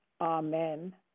Amen